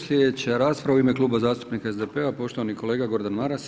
Sljedeća rasprava u ime Kluba zastupnika SDP-a poštovani kolega Gordan Maras.